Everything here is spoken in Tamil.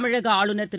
தமிழக ஆளுநர் திரு